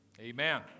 Amen